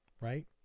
Right